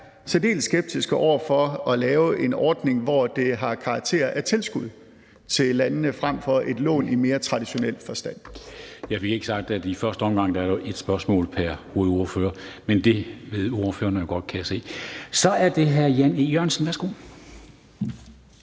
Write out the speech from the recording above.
særdeles skeptiske over for at lave en ordning, hvor det har karakter af tilskud til landene frem for et lån i mere traditionel forstand. Kl. 13:13 Formanden (Henrik Dam Kristensen): Jeg fik ikke sagt, at i første omgang er der et spørgsmål pr. hovedordfører – men det ved ordførererne jo godt, kan jeg se. Så er det hr. Jan E. Jørgensen. Værsgo.